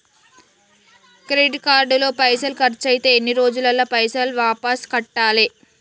Credit card లో పైసల్ ఖర్చయితే ఎన్ని రోజులల్ల పైసల్ వాపస్ కట్టాలే?